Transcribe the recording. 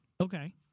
Okay